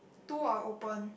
two are opened